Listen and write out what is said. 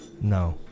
No